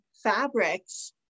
fabrics